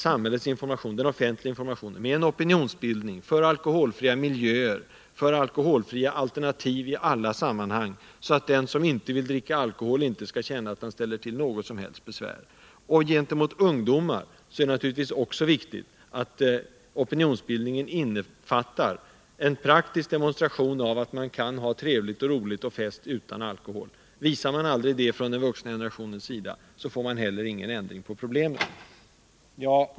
Samhällets information måste kompletteras med en opinionsbildning för alkoholfria miljöer och alkoholfria alternativ i alla sammanhang, så att den som inte vill dricka alkohol inte skall känna att han ställer till något som helst besvär. Det är naturligtvis också viktigt att opinionsbildningen när det gäller ungdomar innefattar en praktisk demonstration av att man kan ha trevligt, roligt och festligt utan alkohol. Om den vuxna generationen aldrig visar det, får vi inte heller någon förbättring hos ungdomen.